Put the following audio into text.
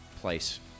place